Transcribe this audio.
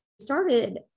started